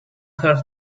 her